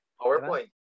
PowerPoint